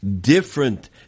different